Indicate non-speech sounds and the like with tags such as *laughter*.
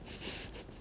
*laughs*